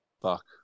Fuck